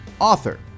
author